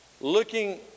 looking